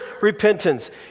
repentance